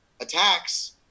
attacks